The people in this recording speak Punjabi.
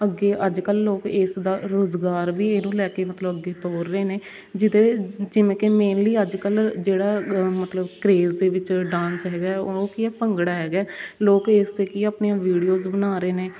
ਅੱਗੇ ਅੱਜ ਕੱਲ੍ਹ ਲੋਕ ਇਸ ਦਾ ਰੁਜ਼ਗਾਰ ਵੀ ਇਹਨੂੰ ਲੈ ਕੇ ਮਤਲਬ ਅੱਗੇ ਤੋਰ ਰਹੇ ਨੇ ਜਿਹਦੇ ਜਿਵੇਂ ਕਿ ਮੇਨਲੀ ਅੱਜ ਕੱਲ੍ਹ ਜਿਹੜਾ ਮਤਲਬ ਕਰੇਜ਼ ਦੇ ਵਿੱਚ ਡਾਂਸ ਹੈਗਾ ਉਹ ਕੀ ਹੈ ਭੰਗੜਾ ਹੈਗਾ ਲੋਕ ਇਸ 'ਤੇ ਕੀ ਹੈ ਆਪਣੀਆਂ ਵੀਡੀਓਜ਼ ਬਣਾ ਰਹੇ ਨੇ